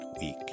week